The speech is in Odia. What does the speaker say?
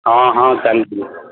ହଁ ହଁ